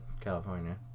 california